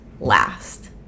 last